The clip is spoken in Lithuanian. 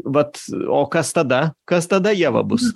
vat o kas tada kas tada ieva bus